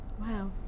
Wow